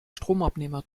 stromabnehmer